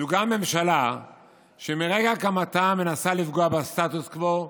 זו גם ממשלה שמרגע הקמתה מנסה לפגוע בסטטוס קוו,